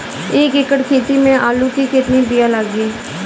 एक एकड़ खेती में आलू के कितनी विया लागी?